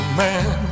man